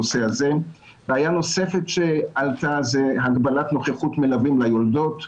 בעיה נוספת שעלתה זה הגבלת נוכחות מלווים ליולדות.